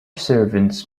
servants